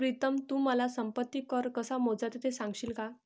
प्रीतम तू मला संपत्ती कर कसा मोजायचा ते सांगशील का?